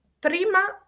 prima